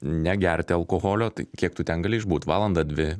negerti alkoholio tai kiek tu ten gali išbūt valandą dvi